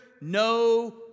No